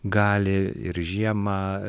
gali ir žiemą